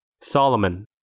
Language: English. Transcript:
Solomon